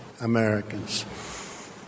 Americans